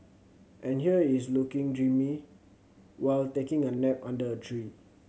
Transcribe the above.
and here is looking dreamy while taking a nap under a tree